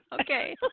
Okay